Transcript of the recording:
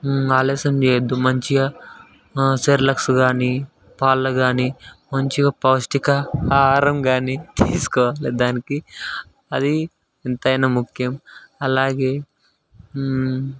ఆలస్యం చేయద్దు మంచిగా సెరిల్యాక్ కానీ పాలు కానీ మంచిగా పౌష్ఠిక ఆహరం కానీ తీసుకోవాలి దానికి అది ఎంతైనా ముఖ్యం అలాగే